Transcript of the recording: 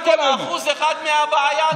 זאת האמת: פתרתם 1% מהבעיה,